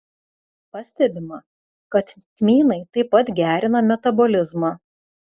pastebima kad kmynai taip pat gerina metabolizmą